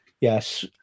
Yes